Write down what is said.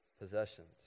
Possessions